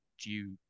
due